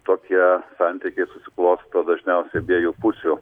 tokie santykiai susiklosto dažniausiai abiejų pusių